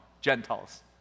Gentiles